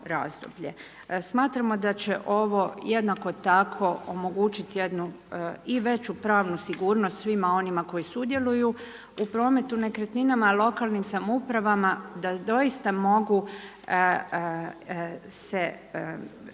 Smatramo da će ovo jednako tako omogućiti jednu i veću pravnu sigurnost svima onima koji sudjeluju u prometu nekretninama, lokalnim samoupravama da doista mogu se dakle,